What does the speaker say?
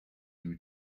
you